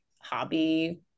hobby